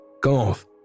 golf